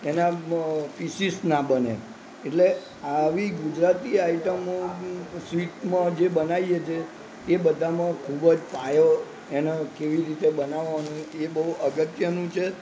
એના પીસીસ ના બને એટલે આવી ગુજરાતી આઈટમો સ્વીટમાં જે બનાવીએ છે એ બધામાં ખૂબ જ પાયો એનો કેવી રીતે બનાવવાની એ બહુ અગત્યનું છે